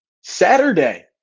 Saturday